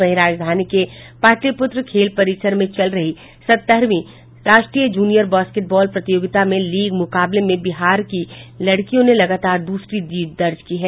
वहीं राजधानी के पाटलिपुत्र खेल परिसर में चल रही सत्तरहवीं राष्ट्रीय जूनियर बास्केट बॉल प्रतियोगिता के लीग मुकाबले में बिहार की लड़कियों ने लगातार द्रसरी जीत दर्ज की है